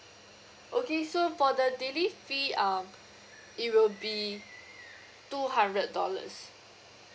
okay so for the daily fee um it will be two hundred dollars